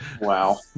Wow